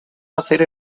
hacer